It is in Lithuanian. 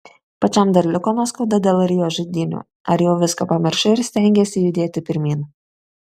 pačiam dar liko nuoskauda dėl rio žaidynių ar jau viską pamiršai ir stengiesi judėti pirmyn